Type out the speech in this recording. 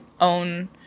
own